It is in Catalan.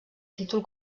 títol